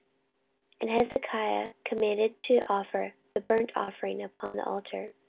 and hezekiah commanded to offer the burnt offering upon the altar.